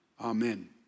Amen